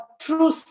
true